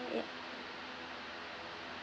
ya